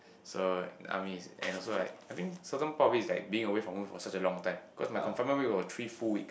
so army is and also like I think certain part of it is like being away from home for such a long time because my confinement week got three full weeks